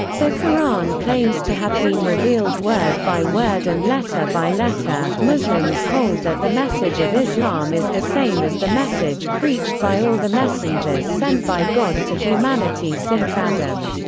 the qur'an claims to have been revealed word by word and letter by letter muslims hold that the message of islam is the same as the message preached by all the messengers sent by god to humanity since adam.